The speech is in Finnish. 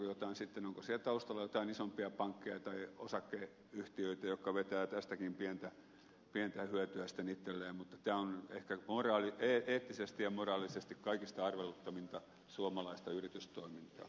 onko siellä taustalla jotain isompia pankkeja tai osakeyhtiöitä jotka vetävät tästäkin pientä hyötyä sitten itselleen mutta tämä on ehkä eettisesti ja moraalisesti kaikista arveluttavinta suomalaista yritystoimintaa